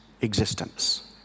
existence